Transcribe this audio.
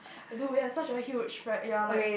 although we have such a huge but we are like